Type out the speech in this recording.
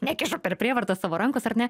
nekišu per prievartą savo rankos ar ne